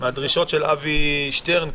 מהדרישות של אבי שטרן,